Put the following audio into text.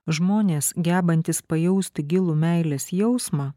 žmonės gebantys pajusti gilų meilės jausmą